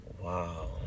Wow